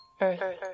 Earth